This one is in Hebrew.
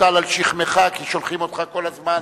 המוטל על שכמך, כי שולחים אותך כל הזמן,